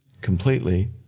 completely